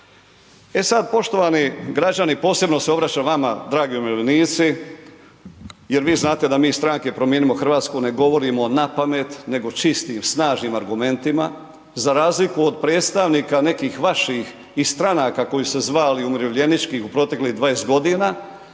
E sad poštovani građani, posebno se obraćam vama dragi umirovljenici jer vi znate da mi iz stranke Promijenimo Hrvatsku ne govorimo na pamet nego čistim, snažnim argumentima za razliku od predstavnika nekih vaših i stranaka kojih su se zavali umirovljeničkih u proteklih 20 godina